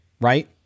right